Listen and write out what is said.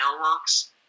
fireworks